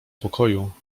pokoju